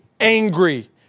angry